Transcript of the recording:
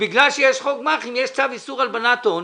ובגלל שיש חוק גמ"חים יש צו איסור הלבנת הון,